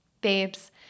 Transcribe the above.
Babes